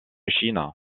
chine